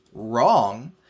wrong